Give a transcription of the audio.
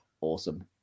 Awesome